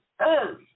earth